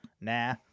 Nah